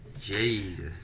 Jesus